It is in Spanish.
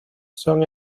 son